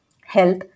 health